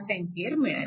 5A मिळाले